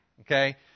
Okay